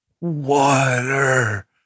water